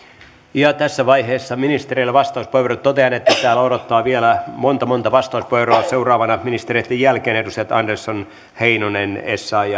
tässä vaiheessa ministereillä vastauspuheenvuorot totean että täällä odottaa vielä monta monta vastauspuheenvuoroa seuraavana ministereitten jälkeen edustajat andersson heinonen essayah